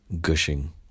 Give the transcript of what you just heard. gushing